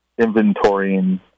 inventorying